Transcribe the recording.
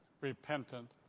Repentant